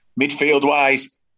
Midfield-wise